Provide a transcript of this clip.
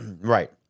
Right